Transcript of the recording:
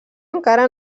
encara